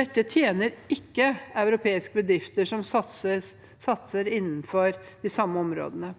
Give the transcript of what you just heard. Dette tjener ikke europeiske bedrifter som satser innenfor de samme områdene.